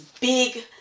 big